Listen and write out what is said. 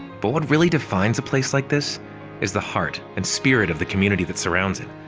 but what really defines a place like this is the heart and spirit of the community that surrounds it.